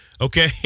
Okay